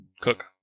Cook